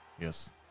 Yes